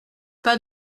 pas